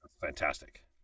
fantastic